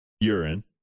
urine